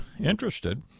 interested